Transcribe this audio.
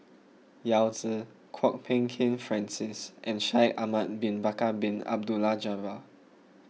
Yao Zi Kwok Peng Kin Francis and Shaikh Ahmad Bin Bakar Bin Abdullah Jabbar